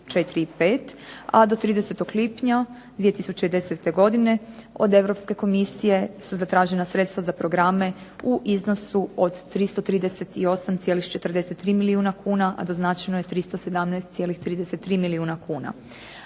a do 30. lipnja 2010. godine od Europske Komisije su zatražena sredstva za programe u iznosu od 338,43 milijuna kuna, a doznačeno je 317,33 milijuna kuna.